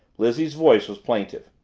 lizzie's voice was plaintive.